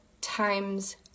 times